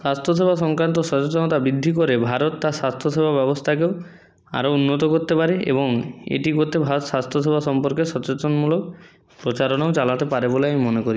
স্বাস্থ্যসেবা সংক্রান্ত সচেতনতা বৃদ্ধি করে ভারত তার স্বাস্থ্যসেবা ব্যবস্থাকেও আরও উন্নত করতে পারে এবং এটি করতে ভারত স্বাস্থ্যসেবা সম্পর্কে সচেতনমূলক প্রচারণাও চালাতে পারে বলে আমি মনে করি